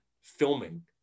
filming